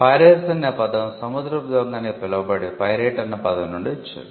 piracy అన్న పదం 'సముద్రపు దొంగ' అని పిలవబడే 'పైరేట్' అన్న పదం నుండి వచ్చింది